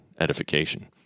edification